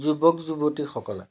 যুৱক যুৱতীসকলে